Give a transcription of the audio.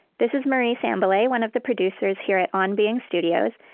this is marie sambilay, one of the producers here at on being studios,